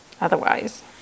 Otherwise